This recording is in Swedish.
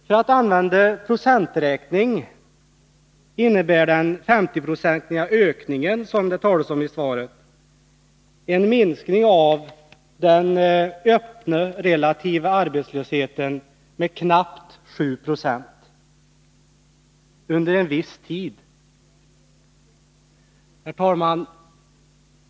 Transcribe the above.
För att använda procenträkning innebär den 50-procentiga ökning som det | talas om i svaret en minskning av den öppna relativa arbetslösheten med knappt 7 90 under en viss tid. Herr talman!